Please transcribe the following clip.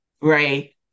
right